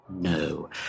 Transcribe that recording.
no